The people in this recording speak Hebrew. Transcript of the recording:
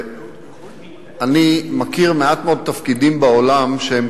אני מכיר מעט מאוד תפקידים בעולם שהם